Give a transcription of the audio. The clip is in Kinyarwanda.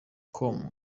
com